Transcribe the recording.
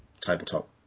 tabletop